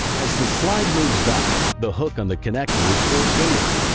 as the slide moves back, the hook on the connector is forced inward.